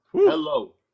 Hello